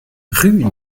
rue